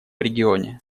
регионе